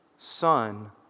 Son